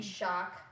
shock